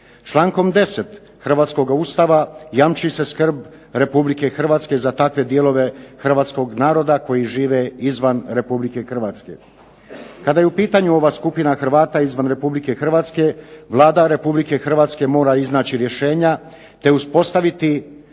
Člankom 10. Hrvatskog ustava jamči se skrb Republike Hrvatske za takve dijelove Hrvatskog naroda koji žive izvan Republike Hrvatske. Kada je u pitanju ova skupina Hrvata izvan Republike Hrvatske Vlada Republike Hrvatske mora iznaći rješenja te usporiti